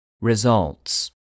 Results